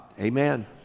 Amen